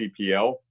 CPL